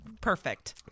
perfect